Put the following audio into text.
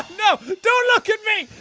no. don't look at me.